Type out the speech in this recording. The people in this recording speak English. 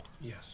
Yes